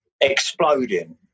exploding